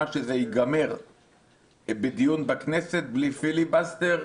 שזה ייגמר בדיון בכנסת בלי פיליבסטר,